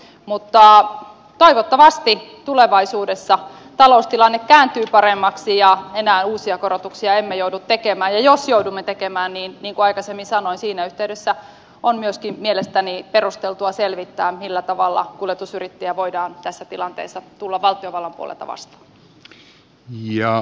mutta toivottavasti tulevaisuudessa taloustilanne kääntyy paremmaksi ja enää uusia korotuksia emme joudu tekemään ja jos joudumme tekemään niin niin kuin aikaisemmin sanoin siinä yhteydessä on myöskin mielestäni perusteltua selvittää millä tavalla kuljetusyrittäjiä voidaan tässä tilanteessa tulla valtiovallan puolelta vastaan